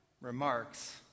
remarks